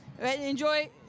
enjoy